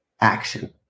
action